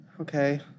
Okay